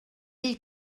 ell